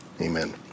Amen